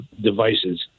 devices